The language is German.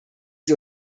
sie